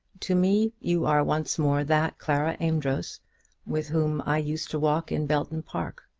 to me you are once more that clara amedroz with whom i used to walk in belton park,